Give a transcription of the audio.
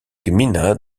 gmina